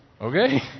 okay